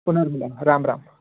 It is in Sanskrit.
पुनर्मिलामः रां राम्